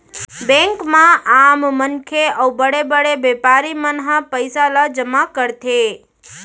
bank म आम मनखे अउ बड़े बड़े बेपारी मन ह पइसा ल जमा करथे